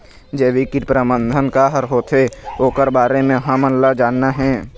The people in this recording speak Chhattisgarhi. जैविक कीट प्रबंधन का हर होथे ओकर बारे मे हमन ला जानना हे?